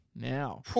Now